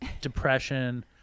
depression